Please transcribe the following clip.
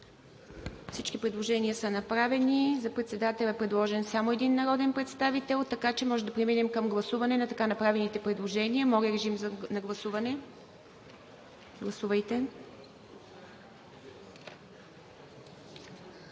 Всички предложения са направени. За председател е предложен само един народен представител, така че можем да преминем към гласуване на така направените предложения. Гласували